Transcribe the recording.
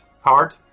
hard